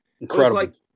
Incredible